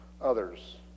others